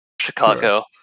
Chicago